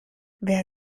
wer